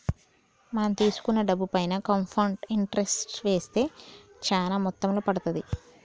మనం తీసుకున్న డబ్బుపైన కాంపౌండ్ ఇంటరెస్ట్ వేస్తే చానా మొత్తంలో పడతాది